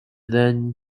than